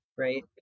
Right